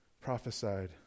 prophesied